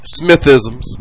Smithisms